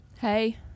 Hey